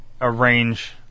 arrange